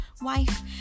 wife